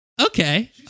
Okay